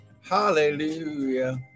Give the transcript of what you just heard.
hallelujah